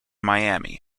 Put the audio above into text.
miami